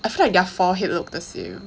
I feel like their forehead look the same